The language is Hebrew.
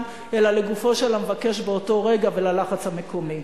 אלא לגופו של המבקש באותו רגע וללחץ המקומי.